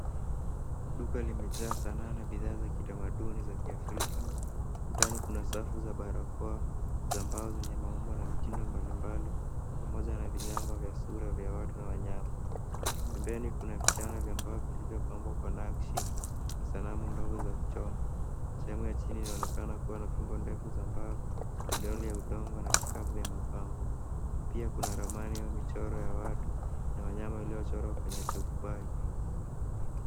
Duka limejaa sanaa na bidhaa za kitamaduni za Kiafrika. Ukutani kuna safu za barakoa, za mbao zenye maumbo na mitindo mbalimbali, pamoja na vinyago vya sura za watu na wanyama. Pembeni, kuna vichana vya mbao vilivyopambwa kwa nakshi na sanamu ndogo za kuchonga. Sehemu ya chini inaonekana kuwa fimbo ndefu za mbao, midoli ya udongo na vikapu vya mapambo. Pia kuna ramani au michoro ya watu na wanyama waliyochorwa kwenye turubai.